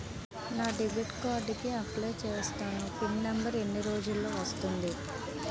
నా debit card కి apply చూసాను పిన్ నంబర్ ఎన్ని రోజుల్లో వస్తుంది?